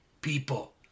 people